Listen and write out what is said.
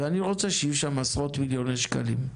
ואני רוצה שיהיו שם עשרות מיליוני שקלים.